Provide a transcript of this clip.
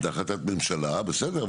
זו החלטת ממשלה, בסדר.